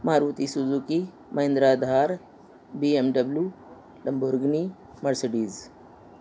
Maruti Suzuki Mahindra Thar B M W Lamborghini Mercedes